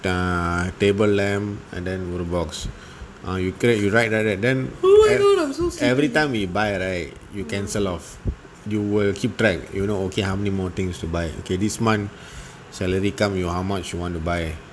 um a table lamp and then roll box uh you create you write write then every time we buy right you cancel off you will keep track you know okay how many more things to buy okay this month salary come you how much you want to buy